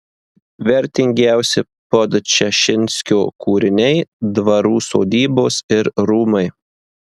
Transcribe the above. vertingiausi podčašinskio kūriniai dvarų sodybos ir rūmai